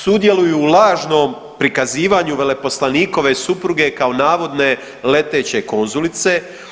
Sudjeluju u lažnom prikazivanju veleposlanikove supruge kao navodne leteće konzulice.